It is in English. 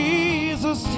Jesus